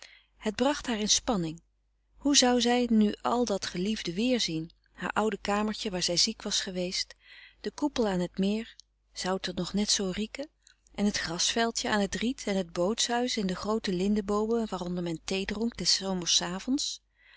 het bracht haar in spanning hoe zou zij frederik van eeden van de koele meren des doods nu al dat geliefde weerzien haar oude kamertje waar zij ziek was geweest de koepel aan t meer zou het er nog net zoo rieken en het grasveldje aan t riet en het boothuis en de groote lindenboomen waaronder men thee dronk des zomers avonds